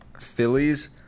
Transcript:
Phillies